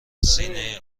سینه